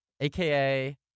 aka